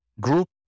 Group